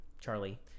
charlie